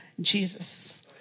Jesus